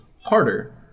harder